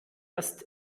erst